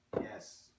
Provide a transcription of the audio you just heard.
Yes